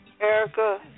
Erica